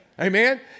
Amen